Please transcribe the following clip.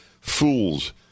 fools